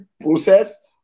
process